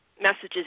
messages